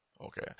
Okay